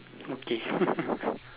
okay